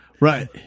Right